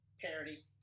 parody